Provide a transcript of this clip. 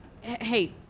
Hey